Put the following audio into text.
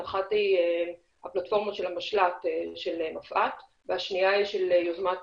אחת היא הפלטפורמה של המשלט של מפא"ת והשניה של יוזמת